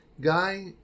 guy